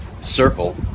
circle